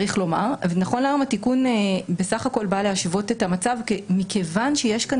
נכון להיום התיקון בסך הכול בא להשוות את המצב מכיוון שיש כאן